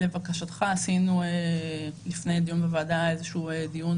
לבקשת לפני הדיון בוועדה עשינו איזשהו דיון